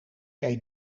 eet